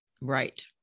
Right